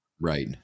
Right